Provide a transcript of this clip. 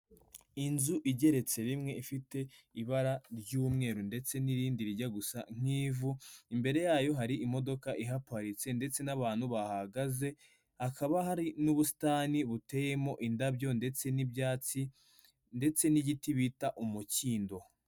Inzu igeretse rimwe ifite ibara ry'umweru ndetse n'irindi rijya gusa nk'ivu, imbere yayo hari imodoka ihaparitse ndetse n'abantu bahahagaze, hakaba hari n'ubusitani buteyemo indabyo ndetse n'ibyatsi ndetse n'igiti bita umukindo.